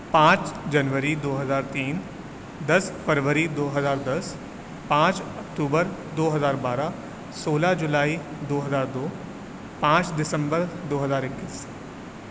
پانچ جنوری دو ہزار تین دس فروری دو ہزار دس پانچ اکٹوبر دو ہزار بارہ سولہ جولائی دو ہزار دو پانچ دسمبر دو ہزار اکیس